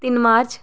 तिन्न मार्च